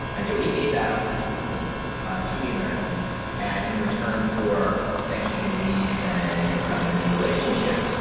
and so he gave that up pretty quickly to the americans in return for sanctions relief and, you know, kind of a new relationship.